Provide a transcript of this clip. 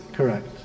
Correct